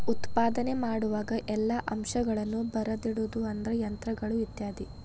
ಉತ್ಪಾದನೆ ಮಾಡುವಾಗ ಎಲ್ಲಾ ಅಂಶಗಳನ್ನ ಬರದಿಡುದು ಅಂದ್ರ ಯಂತ್ರಗಳು ಇತ್ಯಾದಿ